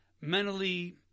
mentally